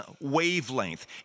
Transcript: wavelength